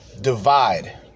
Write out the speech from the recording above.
divide